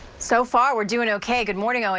so far we're doing okay. good morning, owen.